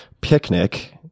Picnic